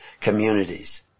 communities